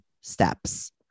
steps